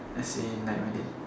as in like when they